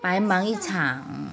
白忙一场